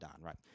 right